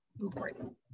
important